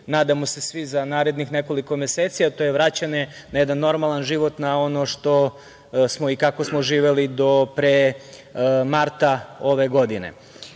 nadamo se svi za narednih nekoliko meseci, a to je vraćanje na jedan normalan život, na ono što smo i kako smo živeli do pre marta ove godine. To